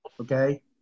okay